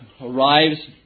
arrives